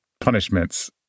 punishments